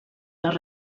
les